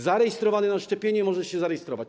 Zarejestrowany na szczepienie może się zarejestrować.